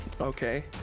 okay